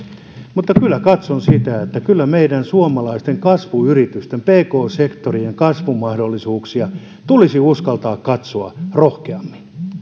mutta katson niin että kyllä meidän suomalaisten kasvuyritysten pk sektorin kasvumahdollisuuksia tulisi uskaltaa katsoa rohkeammin